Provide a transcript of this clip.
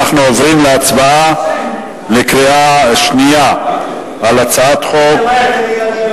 אנחנו עוברים להצבעה בקריאה שנייה על הצעת חוק.